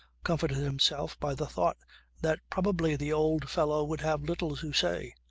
comforted himself by the thought that probably the old fellow would have little to say.